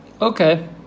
Okay